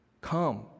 Come